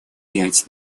пять